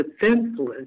defenseless